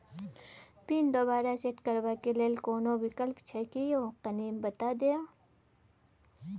Pin दोबारा set करबा के लेल कोनो विकल्प छै की यो कनी बता देत?